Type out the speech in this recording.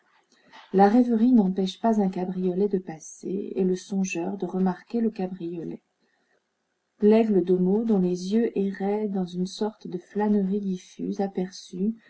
la rêverie n'empêche pas un cabriolet de passer et le songeur de remarquer le cabriolet laigle de meaux dont les yeux erraient dans une sorte de flânerie diffuse